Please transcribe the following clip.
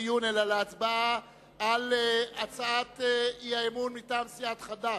על הצעת אי-האמון מטעם סיעת חד"ש,